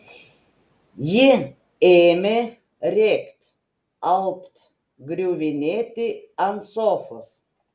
ji ėmė rėkt alpt griuvinėti ant sofos